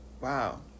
Wow